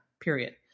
period